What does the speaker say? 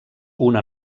una